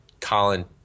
Colin